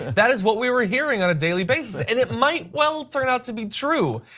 that is what we were hearing on a daily basis, and it might well turn out to be true,